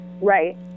Right